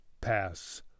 pass